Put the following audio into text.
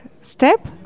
step